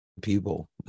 people